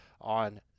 on